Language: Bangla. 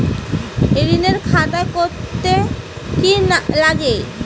ঋণের খাতা করতে কি লাগে?